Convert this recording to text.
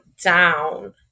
down